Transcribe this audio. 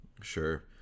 Sure